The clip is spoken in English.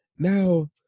Now